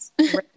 Right